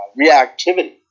reactivity